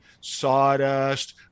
sawdust